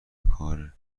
کار